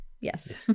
yes